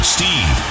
Steve